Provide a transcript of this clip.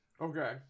Okay